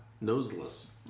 noseless